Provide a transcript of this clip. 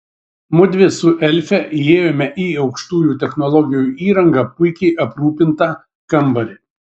mudvi su elfe įėjome į aukštųjų technologijų įranga puikiai aprūpintą kambarį